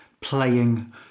playing